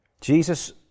Jesus